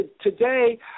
Today